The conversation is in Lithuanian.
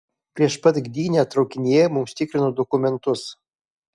prieš pat gdynę traukinyje mums tikrino dokumentus